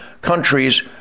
countries